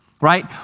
right